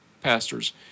pastors